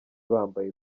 bambaye